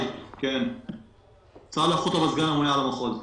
סגן הממונה על המחוז.